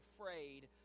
afraid